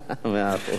מאה אחוז.